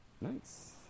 Nice